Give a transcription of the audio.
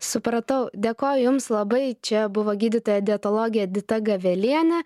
supratau dėkoju jums labai čia buvo gydytoja dietologė edita gavelienė